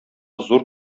зур